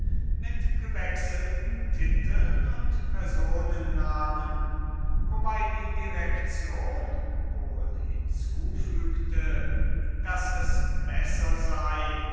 mit gewechselten titeln und personennamen wobei die direktion wohl hinzufügte daß es besser sei